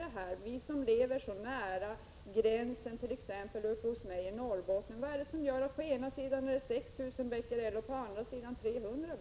Uppe i Norrbotten, där vi lever så nära den norska gränsen, frågar vi oss vad det är som gör att man på den ena sidan har ett riktvärde på 6 000 Bq och på den andra 300 Bq.